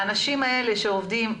לאנשים האלה שעובדים,